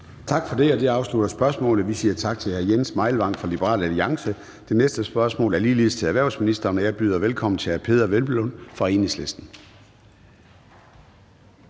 Tak for det. Det afslutter spørgsmålet. Vi siger tak til hr. Jens Meilvang fra Liberal Alliance. Det næste spørgsmål er ligeledes til erhvervsministeren. Jeg byder velkommen til hr. Peder Hvelplund fra Enhedslisten.